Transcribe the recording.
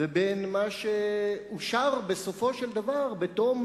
לבין מה שאושר בסופו של דבר בתום